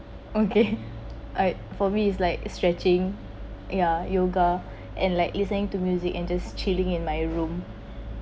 okay I for me is like stretching ya yoga and like listening to music and just chilling in my room